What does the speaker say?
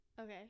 Okay